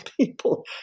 people